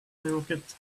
rocket